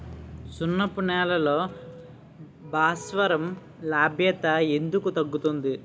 సున్నపు నేలల్లో భాస్వరం లభ్యత ఎందుకు తగ్గుతుంది?